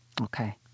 Okay